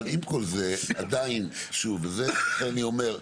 אבל עם כל זה, עדיין, שוב, וזה מה שאני אומר.